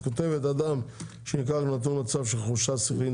את אומרת אדם שניכר שהוא נתון במצב של חולשה שכלית,